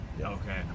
okay